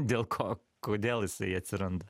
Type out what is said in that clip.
dėl ko kodėl jisai atsiranda